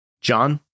John